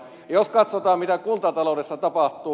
ja jos katsotaan mitä kuntataloudessa tapahtuu